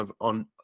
on